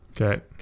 Okay